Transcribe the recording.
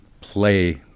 play